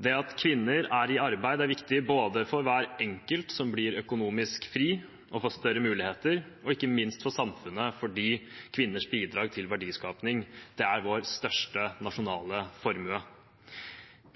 Det at kvinner er i arbeid, er viktig både for hver enkelt som blir økonomisk fri og får større muligheter, og ikke minst for samfunnet, fordi kvinners bidrag til verdiskaping er vår største nasjonale formue.